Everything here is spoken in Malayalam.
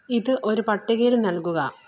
ഇത് ഒരു പട്ടികയിൽ നൽകുക